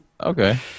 okay